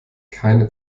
keine